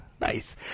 nice